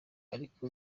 ariko